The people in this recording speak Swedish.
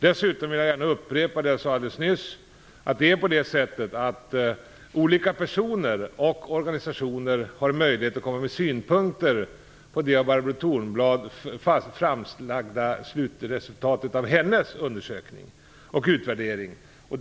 Jag vill gärna upprepa det jag sade alldeles nyss: Olika personer och organisationer har möjlighet att komma med synpunkter på det av Barbro Thorblad framlagda slutresultatet av undersökningen och utvärderingen.